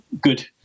good